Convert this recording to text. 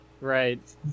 Right